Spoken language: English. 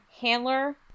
handler